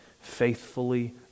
faithfully